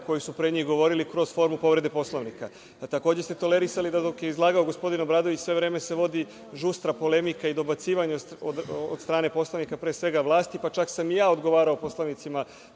koji su pre njih govorili kroz formu povrede Poslovnika, a takođe ste tolerisali da dok je izlagao gospodine Obradović sve vreme se vodi žustra polemika i dobacivanje od strane poslanika, pre svega vlasti, pa čak sam i ja odgovarao poslanicima